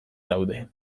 daude